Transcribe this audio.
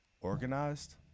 organized